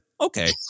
Okay